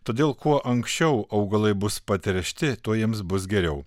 todėl kuo anksčiau augalai bus patręšti tuo jiems bus geriau